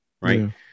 Right